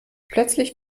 plötzlich